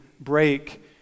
break